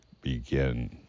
begin